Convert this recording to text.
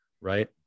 right